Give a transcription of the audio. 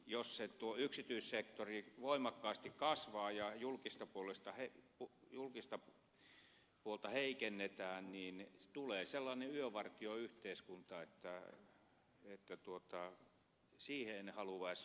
jos tuo yksityissektori voimakkaasti kasvaa ja julkista puolta heikennetään niin tulee sellainen yövartioyhteiskunta että siihen en haluaisi